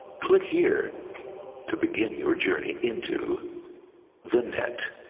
click here to begin your journey into the net.